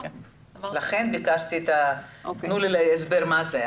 לכן ביקשתי שתתנו לי הסבר מה זה.